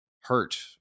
hurt